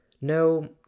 No